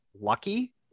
lucky